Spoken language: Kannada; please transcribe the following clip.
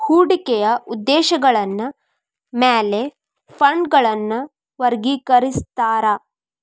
ಹೂಡಿಕೆಯ ಉದ್ದೇಶಗಳ ಮ್ಯಾಲೆ ಫಂಡ್ಗಳನ್ನ ವರ್ಗಿಕರಿಸ್ತಾರಾ